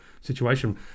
situation